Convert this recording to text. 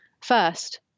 First